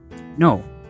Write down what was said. No